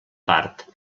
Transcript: part